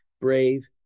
brave